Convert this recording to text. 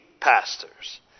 pastors